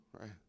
right